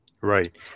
right